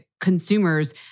consumers